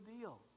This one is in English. deal